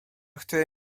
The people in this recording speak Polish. który